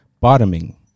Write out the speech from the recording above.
bottoming